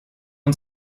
uns